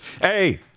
Hey